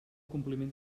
compliment